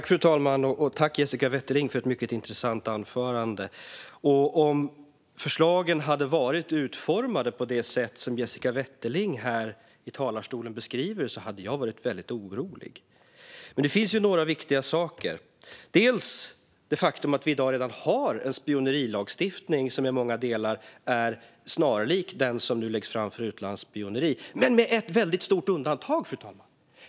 Fru talman! Tack för ett mycket intressant anförande, Jessica Wetterling! Om förslagen hade varit utformade på det sätt som Jessica Wetterling beskriver här i talarstolen hade jag varit väldigt orolig, men det finns några viktiga saker att ta upp. Jag ska till exempel ta upp det faktum att vi redan i dag har en spionerilagstiftning som i många delar är snarlik den som nu läggs fram gällande utlandsspioneri - men med ett väldigt stort undantag, fru talman.